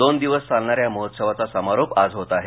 दोन दिवस चालणाऱ्या या महोत्सवाचा समारोप आज होत आहे